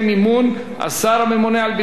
השר הממונה על ביצוע החוק יהיה רשאי,